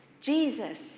Jesus